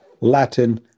Latin